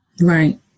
right